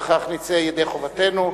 ובכך נצא ידי חובתנו.